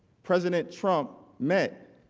president trump met